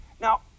Now